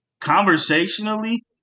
Conversationally